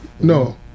no